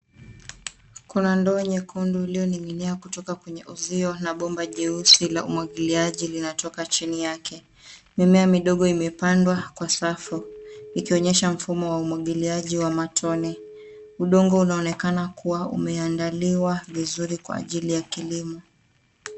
Kuna ndoo nyekundu iliyoning'inia kutoka kwenye uzio na bomba jeusi la umwangiliaji linatoka chini yake. Mimea midogo imepandwa kwa safu ikionyesha mfumo wa umwangiliaji wa matone. Udongo unaonekana kuwa umeandaliwa vizuri kwa ajili ya kilimo.